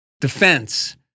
Defense